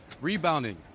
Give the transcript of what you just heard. Rebounding